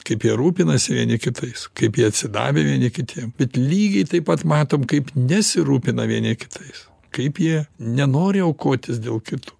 kaip jie rūpinasi vieni kitais kaip jie atsidavę vieni kitiem bet lygiai taip pat matom kaip nesirūpina vieni kitais kaip jie nenori aukotis dėl kitų